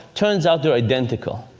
turns out they're identical.